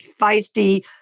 feisty